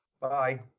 Bye